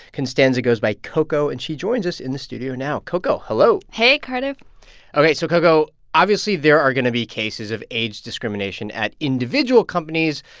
constanza goes by coco, and she joins us in the studio now coco, hello hey, cardiff ok. so coco, obviously, there are going to be cases of age discrimination at individual companies.